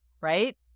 Right